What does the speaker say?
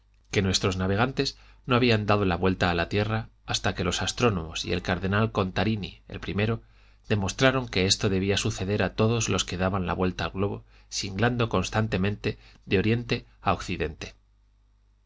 que nuestros navegantes no habían dado la vuelta a la tierra hasta que los astrónomos y el cardenal contarini el primero demostraron que esto debía suceder a todos los que daban la vuelta al globo singlando constantemente de oriente a occidente